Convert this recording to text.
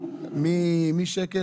משקל